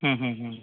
হুম হুম হুম